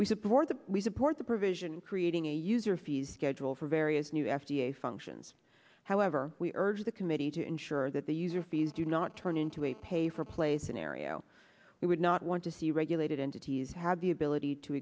we support the we support the provision creating a user fees schedule for various new f d a functions however we urge the committee to ensure that the user fees do not turn into a pay for play scenario we would not want to see regulated entities have the ability to